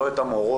לא את המורות